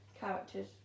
characters